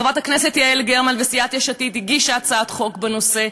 חברת הכנסת יעל גרמן מסיעת יש עתיד הגישה הצעת חוק בנושא,